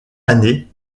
année